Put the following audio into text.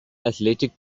athletic